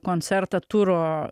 koncertą turo